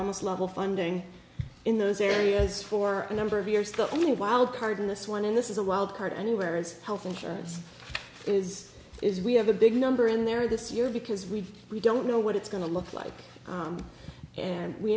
almost level funding in those areas for a number of years the only wildcard in this one and this is a wild card and where it's health insurance is is we have a big number in there this year because we don't know what it's going to look like and we